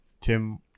Tim